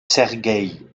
sergueï